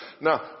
Now